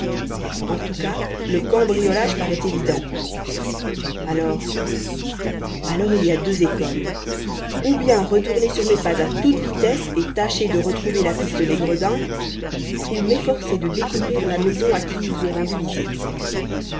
en tous cas le cambriolage paraît évident alors alors il y a deux écoles ou bien retourner sur mes pas à toute vitesse et tâcher de retrouver la piste des gredins ou m'efforcer de découvrir la maison à qui ils ont rendu visite